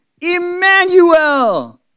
Emmanuel